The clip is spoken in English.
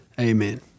Amen